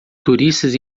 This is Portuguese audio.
turistas